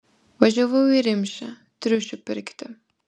važiavau į rimšę triušių pirkti